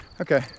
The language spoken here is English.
Okay